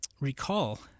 recall